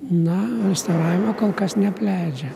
na restauravimo kol kas neapleidžia